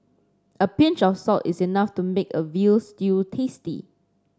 a pinch of salt is enough to make a veal stew tasty